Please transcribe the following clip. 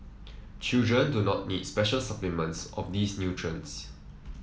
children do not need special supplements of these nutrients